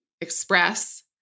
express